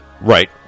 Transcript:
Right